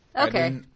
okay